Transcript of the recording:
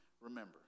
remember